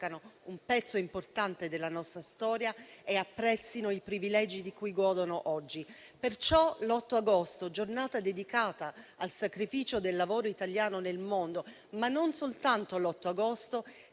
un pezzo importante della nostra storia e apprezzino i privilegi di cui godono oggi. Perciò l'8 agosto, giornata dedicata al sacrificio del lavoro italiano nel mondo - ma non soltanto l'8 agosto